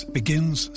begins